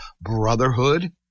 brotherhood